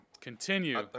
continue